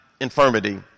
infirmity